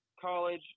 college